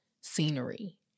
scenery